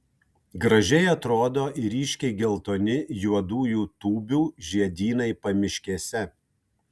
gražiai atrodo ir ryškiai geltoni juodųjų tūbių žiedynai pamiškėse